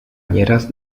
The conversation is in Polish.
nieraz